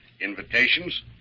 invitations